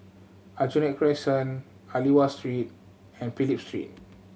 Aljunied Crescent Aliwal Street and Phillip Street